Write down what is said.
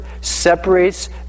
separates